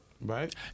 right